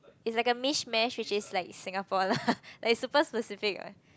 it's like a mish-mash which is like Singapore lah like it's super specific one